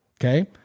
okay